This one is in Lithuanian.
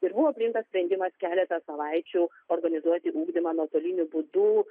ir buvo priimtas sprendimas keletą savaičių organizuoti ugdymą nuotoliniu būdu